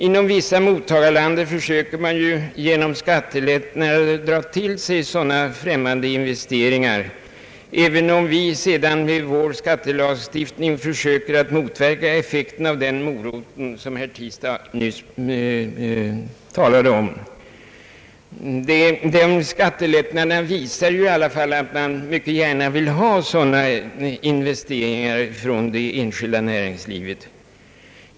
Inom vissa mottagarländer försöker man genom skattelättnader dra till sig sådana främmande investeringar, även om vi sedan med vår skattelagstiftning försöker motverka effekten av den »moroten», vilket herr Tistad nyss talade om. Dessa skattelättnader visar ju i alla fall att man mycket gärna vill ha sådana investeringar från det enskilda näringslivet.